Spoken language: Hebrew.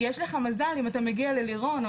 יש לך מזל אם אתה מגיע ללירון או